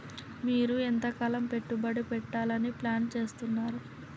మీరు ఎంతకాలం పెట్టుబడి పెట్టాలని ప్లాన్ చేస్తున్నారు?